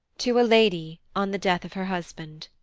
to a lady on the death of her husband.